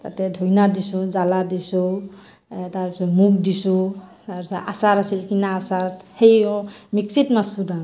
তাতে ধইনা দিছোঁ জ্বালা দিছোঁ তাৰপিছত মুগ দিছোঁ তাৰপিছত আচাৰ আছিল কিনা আচাৰ সেইয়ো মিক্সিত মাৰছোঁ দাও